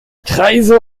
kreise